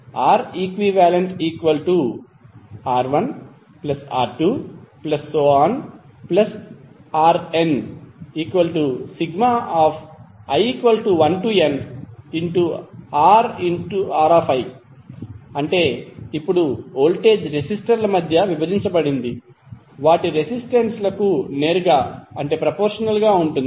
ReqR1R2Rni1nRi ఇప్పుడు voltage రెసిస్టర్ల మధ్య విభజించబడింది వాటి రెసిస్టెన్స్ లకు నేరుగా ప్రపోర్షనల్ గా ఉంటుంది